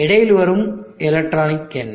இடையில் வரும் எலக்ட்ரானிக் என்ன